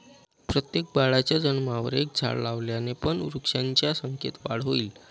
प्रत्येक बाळाच्या जन्मावर एक झाड लावल्याने पण वृक्षांच्या संख्येत वाढ होईल